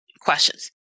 questions